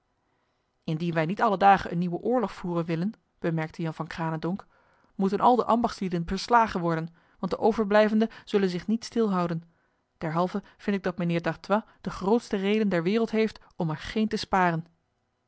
indien wij niet alle dagen een nieuwe oorlog voeren willen bemerkte jan van cranendonk moeten al de ambachtslieden verslagen worden want de overblijvende zullen zich niet stil houden derhalve vind ik dat mijnheer d'artois de grootste reden der wereld heeft om er geen te sparen